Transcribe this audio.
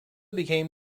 became